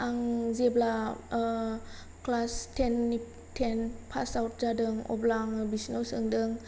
आं जेब्ला class ten ten pass out जादों अब्ला आङो बिसिनाव सोंदों